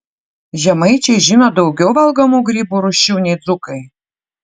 žemaičiai žino daugiau valgomų grybų rūšių nei dzūkai